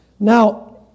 Now